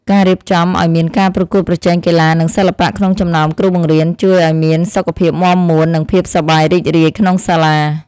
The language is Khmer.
ការរៀបចំឱ្យមានការប្រកួតប្រជែងកីឡានិងសិល្បៈក្នុងចំណោមគ្រូបង្រៀនជួយឱ្យមានសុខភាពមាំមួននិងភាពសប្បាយរីករាយក្នុងសាលា។